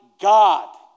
God